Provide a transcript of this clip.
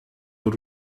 dans